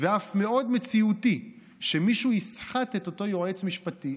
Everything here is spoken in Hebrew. ואף מאוד מציאותי שמישהו יסחט את אותו יועץ משפטי.